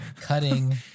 cutting